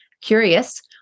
curious